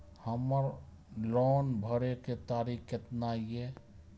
हमर लोन भरे के तारीख केतना ये?